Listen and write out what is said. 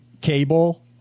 cable